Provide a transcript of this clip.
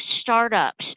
startups